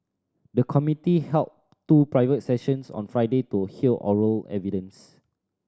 the committee held two private sessions on Friday to hear oral evidence